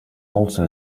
also